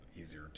easier